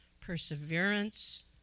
Perseverance